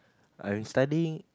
I'm studying